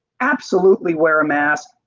absolutely wear a mask,